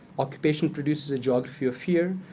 occupation produces a geography of fear,